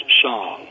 song